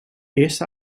eerste